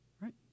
Right